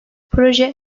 proje